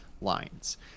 lines